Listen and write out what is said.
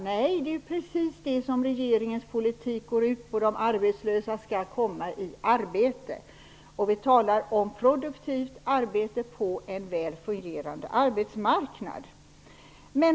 Nej, det är precis det som regeringens politik går ut på: De arbetslösa skall komma i arbete. Vi talar om produktivt arbete på en väl fungerande arbetsmarknad.